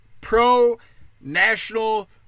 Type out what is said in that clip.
pro-national